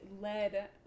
led